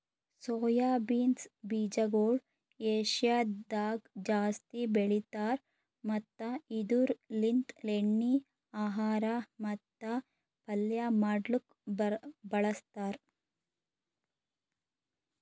soya beans ಬೀಜಗೊಳ್ ಏಷ್ಯಾದಾಗ್ ಜಾಸ್ತಿ ಬೆಳಿತಾರ್ ಮತ್ತ ಇದುರ್ ಲಿಂತ್ ಎಣ್ಣಿ, ಆಹಾರ ಮತ್ತ ಪಲ್ಯ ಮಾಡ್ಲುಕ್ ಬಳಸ್ತಾರ್